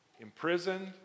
imprisoned